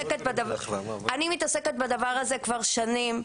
אני מתעסקת בדבר הזה כבר שנים,